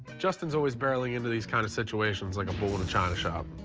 justin's always barreling into these kind of situations like a bull in a china shop.